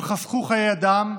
הם חסכו חיי אדם,